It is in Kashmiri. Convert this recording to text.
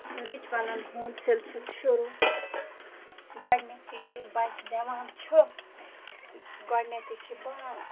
رِچوَلَن ہُنٛد سِلسِلہٕ شُروع گۄڈٕنٮ۪تھٕے ییٚلہِ بَچہٕ زٮ۪وان چھُ گۄڈٕنٮ۪تھٕے چھِ بانٛگ